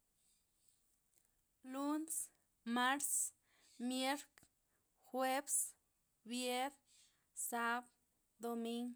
Luns mars mierk jueps vier sab domin